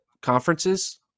conferences